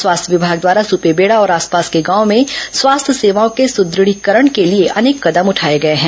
स्वास्थ्य विभाग द्वारा सुपेबेड़ा और आसपास के गांवों में स्वास्थ्य सेवाओं के सुदृढ़ीकरण के लिए अनेक कदम उठाए गए हैं